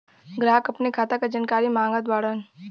ग्राहक अपने खाते का जानकारी मागत बाणन?